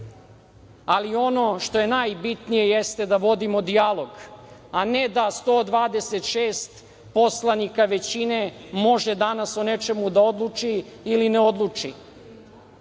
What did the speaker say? Ono što je najbitnije jeste da vodimo dijalog, a ne da 126 poslanika većine može danas o nečemu da odluči ili ne odluči. Uvaženi